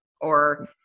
or-